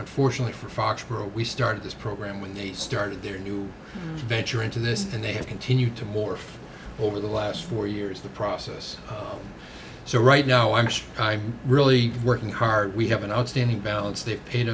unfortunately for foxborough we started this program when they started their new venture into this and they have continued to morph over the last four years the process so right now actually i'm really working hard we have an outstanding balance they paid